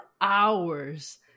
hours